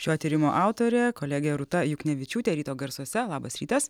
šio tyrimo autorė kolegė rūta juknevičiūtė ryto garsuose labas rytas